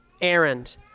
errand